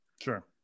Sure